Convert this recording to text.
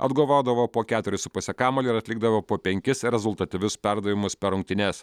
atkovodavo po keturis su puse kamuolį ir atlikdavo po penkis rezultatyvius perdavimus per rungtynes